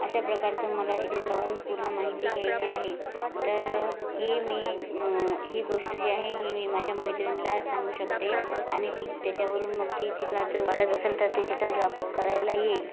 अशा प्रकारची मला तिथे जाऊन पूर्ण माहिती घ्यायची आहे तर ही मी ही गोष्ट जी आहे ही मी माझ्या मैत्रिणीला सांगू शकते आणि ती त्याच्यावरून मग ती तिला जर वाटत असेल तर ती तिथं जॉब करायला येईल